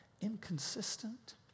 inconsistent